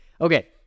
Okay